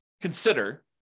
consider